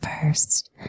first